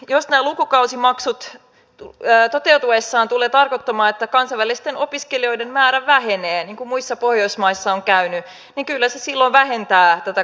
jos nämä lukukausimaksut toteutuessaan tulevat tarkoittamaan että kansainvälisten opiskelijoiden määrä vähenee niin kuin muissa pohjoismaissa on käynyt niin kyllä se silloin vähentää tätä kansainvälistymistä